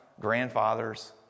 grandfather's